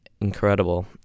incredible